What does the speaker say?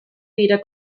weder